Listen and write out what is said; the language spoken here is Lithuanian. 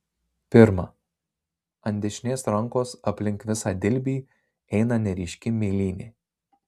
pirma ant dešinės rankos aplink visą dilbį eina neryški mėlynė